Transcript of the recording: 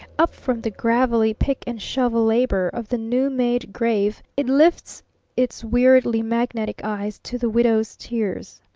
up from the gravelly, pick-and-shovel labor of the new-made grave it lifts its weirdly magnetic eyes to the widow's tears.